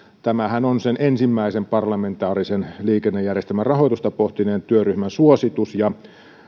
tämähän on sen ensimmäisen parlamentaarisen liikennejärjestelmän rahoitusta pohtineen työryhmän suositus ja